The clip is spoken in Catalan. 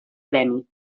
premi